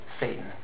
Satan